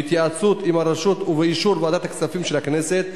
בהתייעצות עם הרשות ובאישור ועדת הכספים של הכנסת,